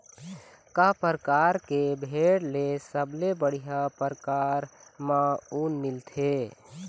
का परकार के भेड़ ले सबले बढ़िया परकार म ऊन मिलथे?